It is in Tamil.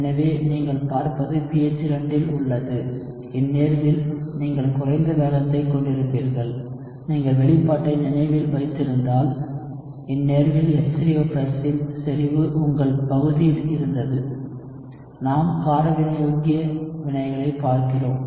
எனவே நீங்கள் பார்ப்பது pH 2 இல் உள்ளது இந்நேர்வில் நீங்கள் குறைந்த வேகத்தைக் கொண்டிருப்பீர்கள் நீங்கள் வெளிப்பாட்டை நினைவில் வைத்திருந்தால் இந்நேர்வில் H3O ன் செறிவு உங்கள் பகுதியில் இருந்தது நாம் ஒரு கார வினையூக்கிய வினைகளைப் பார்க்கிறோம்